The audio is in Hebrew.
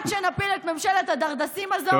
לאחר שנפיל את ממשלת הדרדסים הזאת,